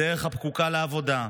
בדרך הפקוקה לעבודה,